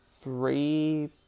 three